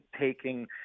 taking